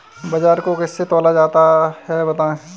बाजरे को किससे तौला जाता है बताएँ?